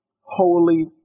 Holy